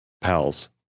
pals